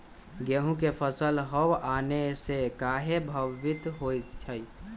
गेंहू के फसल हव आने से काहे पभवित होई छई?